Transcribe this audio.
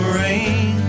rain